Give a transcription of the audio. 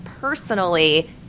personally